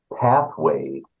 pathway